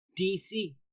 DC